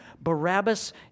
Barabbas